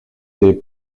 des